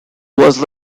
was